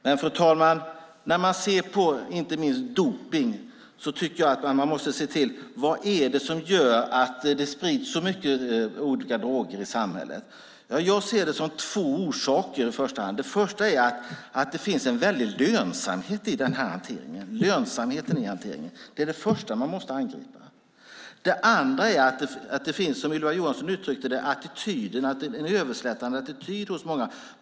Men, fru talman, inte minst när man ser på dopning tycker jag att man måste se till vad det är som gör att det sprids så mycket olika droger i samhället. Jag ser det som att det finns två orsaker i första hand. Det första är att det finns en väldig lönsamhet i den här hanteringen. Lönsamheten i hanteringen är det första man måste angripa. Det andra är att det finns, som Ylva Johansson uttryckte det, en överslätande attityd hos många.